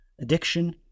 addiction